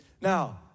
Now